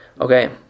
okay